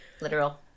Literal